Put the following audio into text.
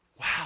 wow